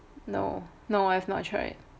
no no I've not tried